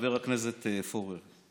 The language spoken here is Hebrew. חבר הכנסת פורר.